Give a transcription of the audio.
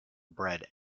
bread